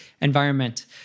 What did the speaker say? environment